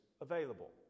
available